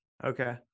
okay